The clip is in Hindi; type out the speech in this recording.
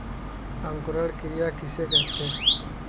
अंकुरण क्रिया किसे कहते हैं?